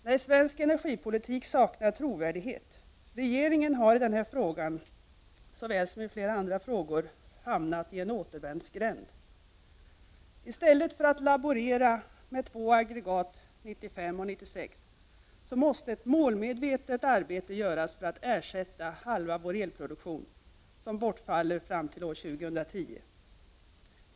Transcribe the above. Nej, svensk energipolitik saknar trovärdighet. Regeringen har i den här frågan — såväl som i flera andra frågor — hamnat i en återvändsgränd. I stället för att laborera med två aggregat 1995 och 1996 måste ett målmedvetet arbete göras för att ersätta halva vår elproduktion, som bortfaller fram till år 2010.